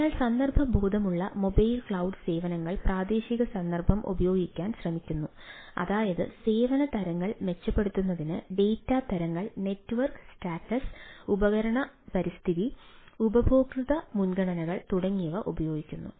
അതിനാൽ സന്ദർഭ ബോധമുള്ള മൊബൈൽ ക്ലൌഡ് സേവനങ്ങൾ പ്രാദേശിക സന്ദർഭം ഉപയോഗിക്കാൻ ശ്രമിക്കുന്നു അതായത് സേവന തരങ്ങൾ മെച്ചപ്പെടുത്തുന്നതിന് ഡാറ്റ തരങ്ങൾ നെറ്റ്വർക്ക് സ്റ്റാറ്റസ് ഉപകരണ പരിസ്ഥിതി ഉപയോക്തൃ മുൻഗണനകൾ തുടങ്ങിയവ ഉപയോഗിക്കുന്നു